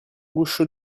guscio